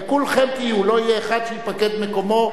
היו פקקים.